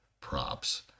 props